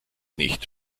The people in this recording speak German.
nicht